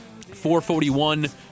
441